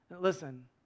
Listen